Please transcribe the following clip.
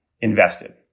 invested